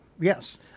Yes